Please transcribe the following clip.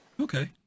Okay